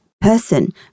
person